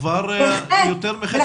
כבר יותר מחצי שנה.